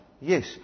Yes